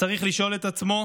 צריך לשאול את עצמו